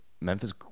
Memphis